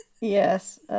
yes